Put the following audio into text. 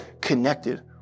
connected